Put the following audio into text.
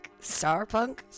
Starpunk